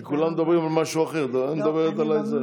כי כולם מדברים על משהו אחר, ואת מדברת על זה.